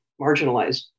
marginalized